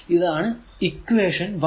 ഇതാണ് ഇക്വഷൻ 1